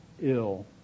ill